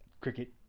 cricket